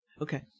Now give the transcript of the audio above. okay